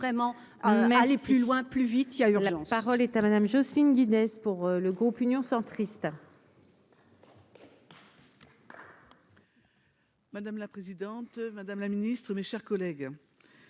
vraiment aller plus loin, plus vite, il y a urgence. Parole est à Madame Jocelyne Guinness pour le groupe Union centriste. Madame la présidente, Madame la Ministre, mes chers collègues,